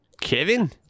Kevin